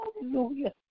Hallelujah